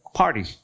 party